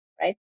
right